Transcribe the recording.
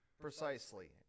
Precisely